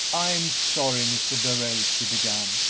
i'm sorry, mr. darrell, she began,